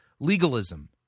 legalism